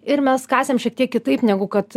ir mes kasėm šiek tiek kitaip negu kad